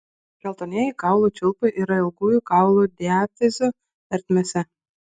geltonieji kaulų čiulpai yra ilgųjų kaulų diafizių ertmėse